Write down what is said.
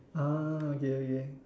ah okay okay